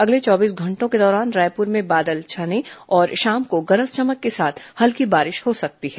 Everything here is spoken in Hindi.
अगले चौबीस घंटों के दौरान रायपुर में बादल छाने और शाम को गरज चमक के साथ हल्की बारिश हो सकती है